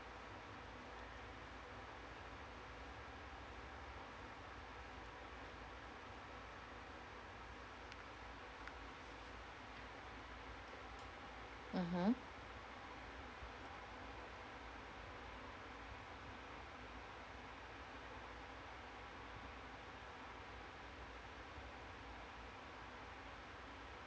mmhmm